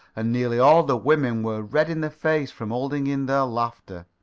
and nearly all the women were red in the face from holding in their laughter.